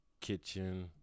Kitchen